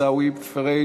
עיסאווי פריג',